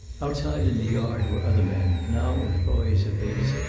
outside in the yard were other men, now employees of his,